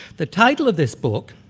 the title of this book,